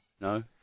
No